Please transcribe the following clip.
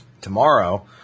tomorrow